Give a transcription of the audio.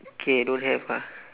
okay don't have ah